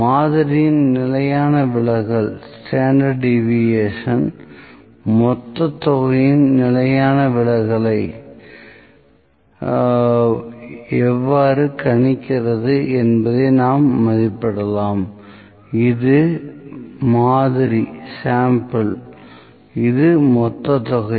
மாதிரியின் நிலையான விலகல் மொத்த தொகையின் நிலையான விலகலை எவ்வாறு கணிக்கிறது என்பதை நாம் மதிப்பிடலாம் இது மாதிரி இது மொத்த தொகை